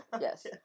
Yes